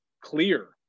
clear